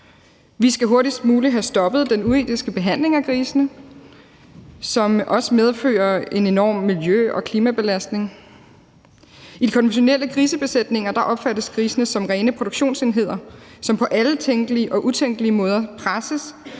Vi skal hurtigst muligt have stoppet den uetiske behandling af grisene, som også medfører en enorm miljø- og klimabelastning. I de konventionelle grisebesætninger opfattes grisene som rene produktionsenheder, som på alle tænkelige og utænkelige måder presses